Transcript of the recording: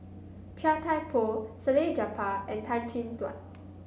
Chia Thye Poh Salleh Japar and Tan Chin Tuan